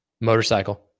motorcycle